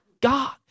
God